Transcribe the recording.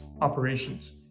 operations